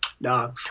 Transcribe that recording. No